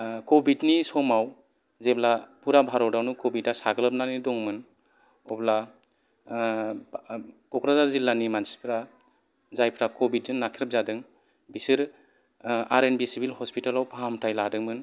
क'भिदनि समाव जेब्ला पुरा भारतावनो कभिदा सागलोबनानै दंमोन अब्ला क'क्राझार जिल्लानि मानसिफ्रा जायफ्रा कभिदजों नाख्रेब जादों बिसोरो आर एन बि सिभिल हस्पिटेलाव फाहामथाय लादोंमोन